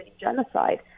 genocide